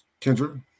Kendra